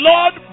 Lord